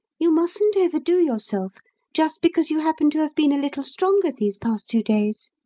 you mustn't overdo yourself just because you happen to have been a little stronger these past two days,